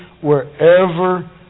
wherever